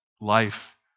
life